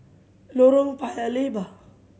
Lorong Paya Lebar